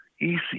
easy